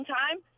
time